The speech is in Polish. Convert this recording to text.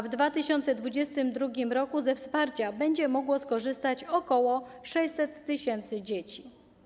W 2022 r. ze wsparcia będzie mogło skorzystać ok. 600 tys. dzieci.